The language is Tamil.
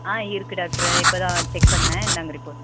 ஆ இருக்குது டாக்ட்ரு இப்போதான் செக் பண்ணிணேன் இந்தாங்க ரிப்போர்ட்